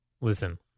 Listen